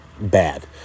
bad